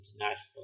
international